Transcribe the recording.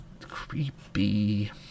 Creepy